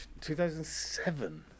2007